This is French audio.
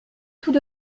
tout